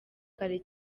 kare